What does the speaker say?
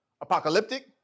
Apocalyptic